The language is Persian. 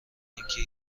اینکه